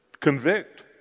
convict